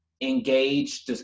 engage